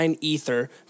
Ether